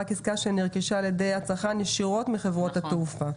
רק עסקה שנרכשה על ידי הצרכן ישירות מחברות התעופה.